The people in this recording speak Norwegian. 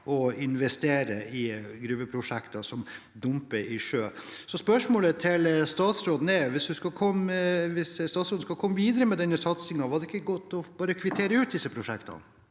å investere i gruveprosjekter som dumper i sjø. Spørsmålet til statsråden er: Hvis statsråden skal komme videre med denne satsingen, hadde det ikke gått an å bare kvittere ut disse prosjektene?